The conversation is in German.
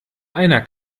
einer